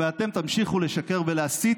אתם תמשיכו לשקר ולהסית